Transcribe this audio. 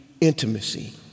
intimacy